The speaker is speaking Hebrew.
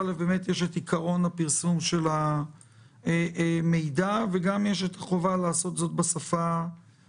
יש את עיקרון הפרסום של המידע ויש את החובה לעשות זאת בשפה